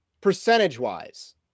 percentage-wise